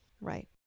Right